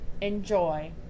enjoy